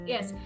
Yes